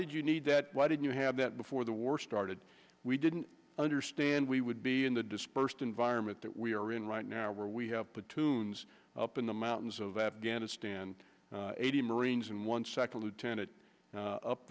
did you need that why didn't you have that before the war started we didn't understand we would be in the dispersed environment that we are in right now where we have put tunes up in the mountains of afghanistan eighty marines and one second lieutenant u